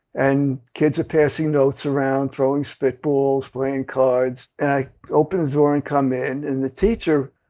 and kids are passing notes around, throwing spitballs, playing cards. and i open the door and come in. and the teacher,